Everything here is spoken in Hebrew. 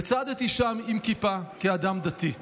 צעדתי שם עם כיפה כאדם דתי.